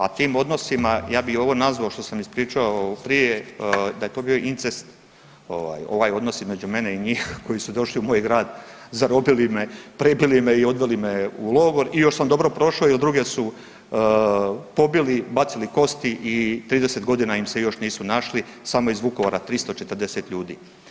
A tim odnosima, ja bi ovo nazvao što sam ispričao prije da je to bio incest ovaj odnos između mene i njih koji su došli u moj grad, zarobili me, prebili me i odveli me u logor i još sam dobro prošao jer druge su pobili, bacili kosti i 30.g. im se još nisu našli, samo iz Vukovara 340 ljudi.